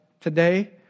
today